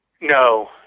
No